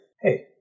hey